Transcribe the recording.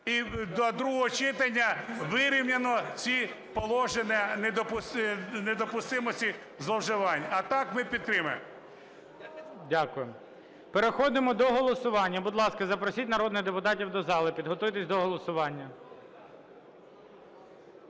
і до другого читання вирівняно ці положення недопустимості зловживань. А так ми підтримуємо. ГОЛОВУЮЧИЙ. Дякую. Переходимо до голосування. Будь ласка, запросіть народних депутатів до зали, підготуйтесь до голосування.